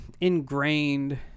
ingrained